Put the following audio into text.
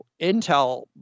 Intel